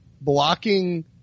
blocking